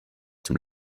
dem